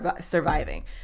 surviving